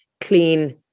clean